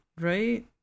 right